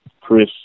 Chris